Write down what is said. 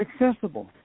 accessible